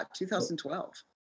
2012